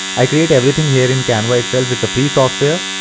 i create everything here in canva itself. it's a free software.